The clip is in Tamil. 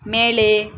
மேலே